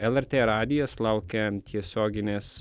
lrt radijas laukia tiesioginės